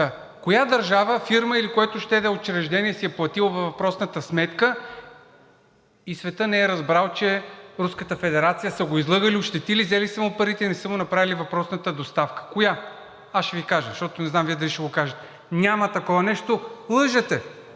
коя държава, фирма или което ще да е учреждение си е платило въпросната сметка и светът не е разбрал, че от Руската федерация са го излъгали, ощетили, взели са му парите и не са му направили въпросната доставка? Коя? Аз ще Ви кажа, защото не знам дали Вие ще го кажете. Няма такова нещо. Лъжете,